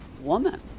woman